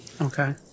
Okay